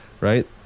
right